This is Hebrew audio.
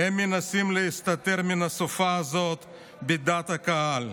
מנסים להסתתר מן הסופה הזאת בדעת הקהל.